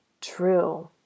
true